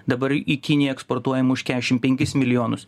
dabar į kiniją eksportuojam už kešim penkis milijonus